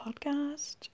podcast